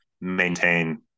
maintain